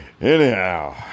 anyhow